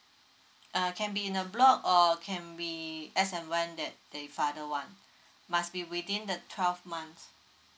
uh can be in a block or can be as and when that the father want must be within the twelve months